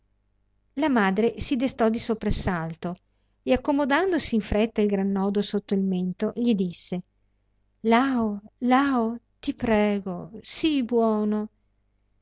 la madre si destò di soprassalto e accomodandosi in fretta il gran nodo sotto il mento gli disse lao lao ti prego sii buono